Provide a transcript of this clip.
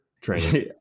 training